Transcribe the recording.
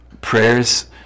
Prayers